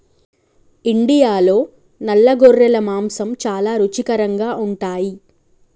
ఇండియాలో నల్ల గొర్రెల మాంసం చాలా రుచికరంగా ఉంటాయి